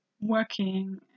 working